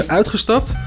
uitgestapt